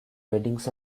weddings